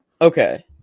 okay